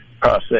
process